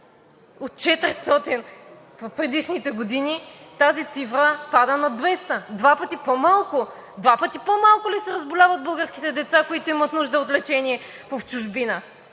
От 400 в предишните години тази цифра пада на 200, два пъти по-малко. Два пъти по-малко ли се разболяват българските деца, които имат нужда от лечение в чужбина?